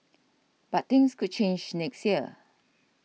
but things could change next year